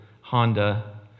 Honda